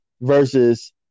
versus